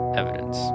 evidence